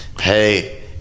hey